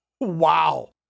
Wow